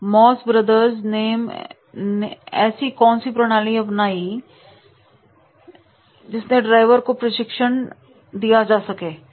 moss Brothers name ऐसी कौन सी प्रणाली अपनाई अपने ड्राइवर को प्रशिक्षण देने के लिए